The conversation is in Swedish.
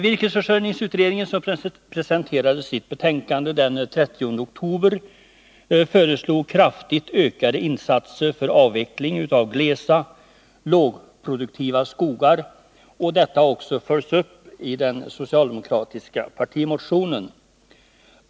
Virkesförsörjningsutredningen, som presenterade sitt betänkande den 30 oktober, föreslog kraftigt ökade insatser för avveckling av glesa, lågproduktiva skogar. Detta har också följts upp i den socialdemokratiska partimotionen.